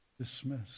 dismiss